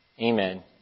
Amen